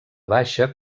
baixa